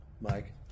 Mike